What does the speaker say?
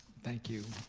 thank you.